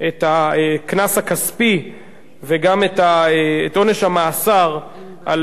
את הקנס הכספי וגם את עונש המאסר על